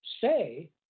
say